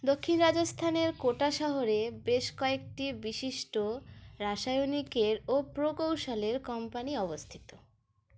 দক্ষিণ রাজস্থানের কোটা শহরে বেশ কয়েকটি বিশিষ্ট রাসায়নিকের ও প্রোকৌশলের কম্পানি অবস্থিত